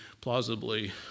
plausibly